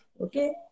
okay